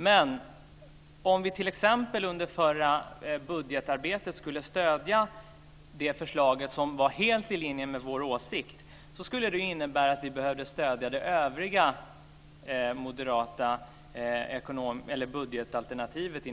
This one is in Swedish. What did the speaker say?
Men om vi t.ex. under det förra budgetarbetet skulle ha stött det förslag som var helt i linje med vår åsikt så skulle det ha inneburit att vi hade behövt stödja också det övriga moderata budgetalternativet